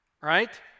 right